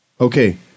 Okay